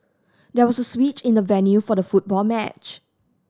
there was a switch in the venue for the football match